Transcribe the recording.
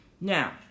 Now